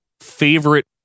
favorite